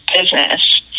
business